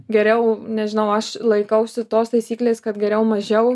geriau nežinau aš laikausi tos taisyklės kad geriau mažiau